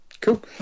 Cool